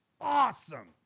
awesome